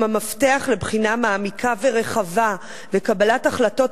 הם המפתח לבחינה מעמיקה ורחבה לקבלת החלטות